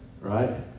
right